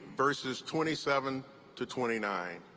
verses twenty seven to twenty nine.